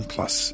Plus